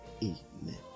Amen